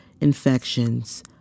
infections